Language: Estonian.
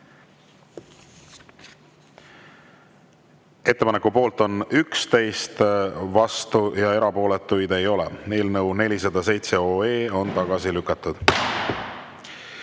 Ettepaneku poolt on 11, vastuolijaid ja erapooletuid ei ole. Eelnõu 407 on tagasi lükatud.